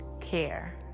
care